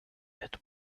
that